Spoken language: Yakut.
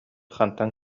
хантан